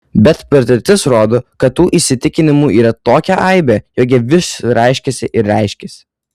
bet patirtis rodo kad tų įsitikinimų yra tokia aibė jog jie vis reiškiasi ir reiškiasi